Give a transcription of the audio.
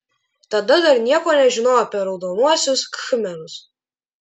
tada dar nieko nežinojau apie raudonuosius khmerus